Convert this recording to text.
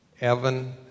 Evan